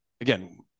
Again